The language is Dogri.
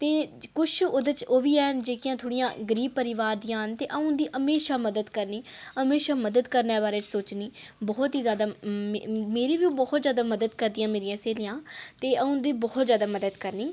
ते किश ओह्दे च ओह् बी हैन जेह्कियां थोह्ड़ियां गरीब परोआर दियां न ते अ'ऊं उं'दी म्हेशां मदद करनी म्हेशां मदद करने बारै सोचनी बहुत ही जैदा मेरी बी ओह् बहुत मदद करदियां मेरियां स्हेलियां ते अ'ऊं उं'दी बहुत जैदा मदद करनी